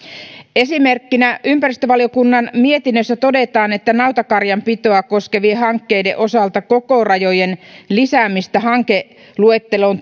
esimerkkinä ympäristövaliokunnan mietinnössä todetaan että nautakarjan pitoa koskevien hankkeiden osalta kokorajojen lisäämistä hankeluetteloon